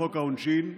בחוק העונשין.